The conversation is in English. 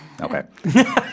Okay